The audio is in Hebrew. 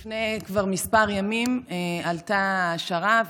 כבר לפני כמה ימים עלתה ההשערה,